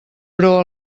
però